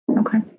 Okay